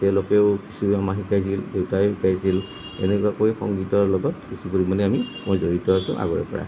তেওঁলোকেও কিছু আমাক শিকাইছিল দেউতায়ো শিকাইছিল এনেকুৱাকৈ সংগীতৰ লগত কিছু পৰিমাণে আমি মই জড়িত আছোঁ আগৰে পৰাই